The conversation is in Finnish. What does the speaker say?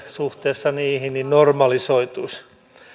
suhteessa kaupallisiin kanaviin normalisoituisi